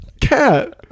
Cat